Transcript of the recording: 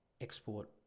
export